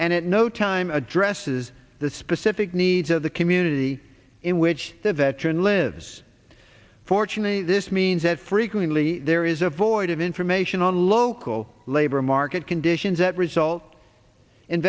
and at no time addresses the specific needs of the community in which the veteran lives fortunately this means that frequently there is a void of information on local labor market conditions that result